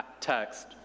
text